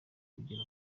kugera